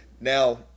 Now